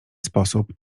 sposób